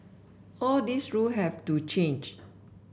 all these rule have to change